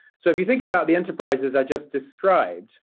so if you think about the enterprises i just described,